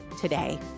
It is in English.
today